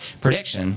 prediction